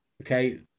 Okay